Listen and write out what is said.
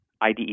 IDE